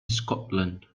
scotland